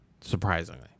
surprisingly